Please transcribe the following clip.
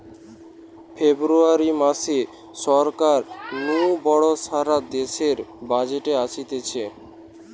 ফেব্রুয়ারী মাসে সরকার নু বড় সারা দেশের বাজেট অসতিছে